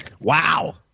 Wow